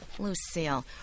Lucille